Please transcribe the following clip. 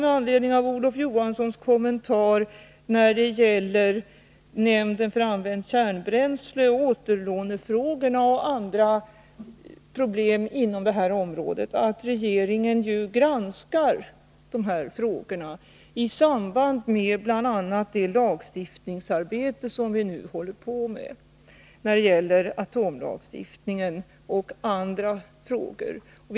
Med anledning av Olof Johanssons kommentarer om nämnden för använt kärnbränsle, återlånefrågorna och andra problem inom detta område vill jag säga att regeringen granskar dessa frågor, bl.a. i samband med det arbete rörande atomlagstiftning och annan lagstiftning som vi nu håller på med.